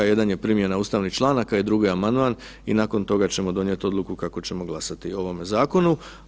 Jedan je primjena ustavnih članaka i drugi amandman i nakon toga ćemo donijeti odluku kako ćemo glasati o ovome zakonu.